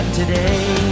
today